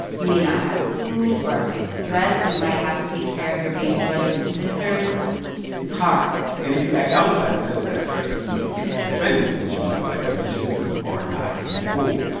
you may not have food or a fixed address right you might have to take care of your baby brothers and sisters right it's hard and if you act out in class because of that stress, you know, you get suspended which means, by definition, you are not in school.